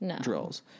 drills